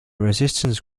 resistance